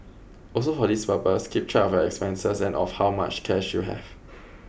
also for this purpose keep track of your expenses and of how much cash you have